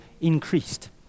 increased